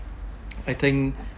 I think